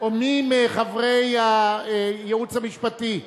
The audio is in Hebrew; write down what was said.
או מי מחברי הייעוץ המשפטי?